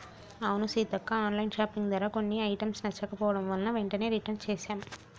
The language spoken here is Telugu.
అవును సీతక్క ఆన్లైన్ షాపింగ్ ధర కొన్ని ఐటమ్స్ నచ్చకపోవడం వలన వెంటనే రిటన్ చేసాం